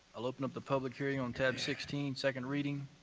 i'll open up the public hearing on tab sixteen, second reading.